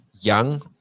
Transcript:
young